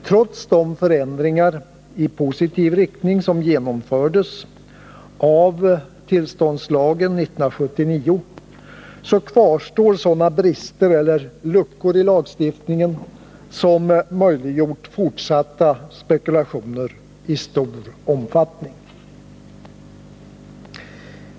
Trots de förändringar i positiv riktning som genomfördes i och med tillståndslagen 1979 kvarstår sådana brister eller luckor i lagstiftningen som möjliggjort fortsatta spekulationer i stor omfattning.